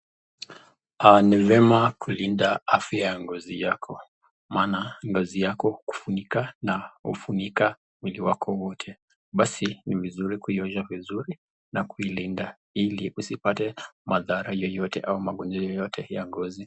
Ni vyema kulinda afya ya ngozi yako. Maana, ngozi yako kufunika na hufunika mwili wako wote, basi ni vizuri kuiosha vizuri, na kuilinda ili usipate madhara yeyote au magonjwa yeyote ya ngozi.